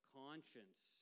conscience